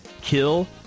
Kill